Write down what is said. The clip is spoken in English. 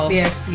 yes